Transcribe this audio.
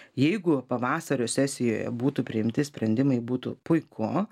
jeigu pavasario sesijoje būtų priimti sprendimai būtų puiku